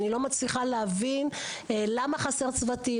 אני לא מצליחה להבין למה חסרים צוותים.